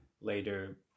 later